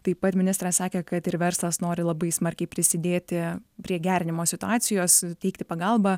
taip pat ministras sakė kad ir verslas nori labai smarkiai prisidėti prie gerinimo situacijos teikti pagalbą